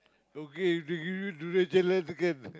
okay if they give you durian jelly also can